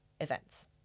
events